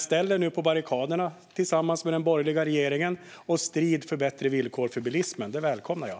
Ställ er nu på barrikaderna tillsammans med den borgerliga regeringen och strid för bättre villkor för bilismen! Det välkomnar jag.